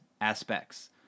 aspects